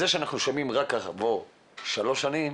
זה שאנחנו שומעים על זה רק אחרי 3 שנים,